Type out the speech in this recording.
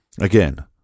again